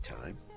Time